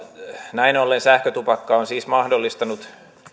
näin ollen sähkötupakka on siis mahdollistanut